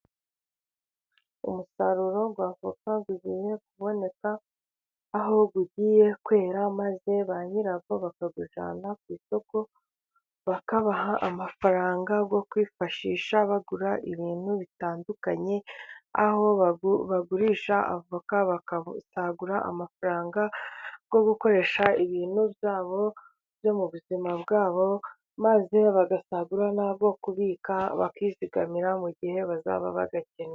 Umusaruro wa avoka ugiye kuboneka, aho ugiye kwera maze ba nyirawo bakawujyana ku isoko bakabaha amafaranga yo kwifashisha bagura ibintu bitandukanye, aho bagurisha avoka bagasagura amafaranga yo gukoresha ibintu byabo byo mu buzima bwabo, maze bagasagura n'ayo kubika bakizigamira mu gihe bazaba bayakeneye.